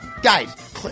guys